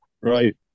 Right